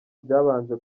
byabanje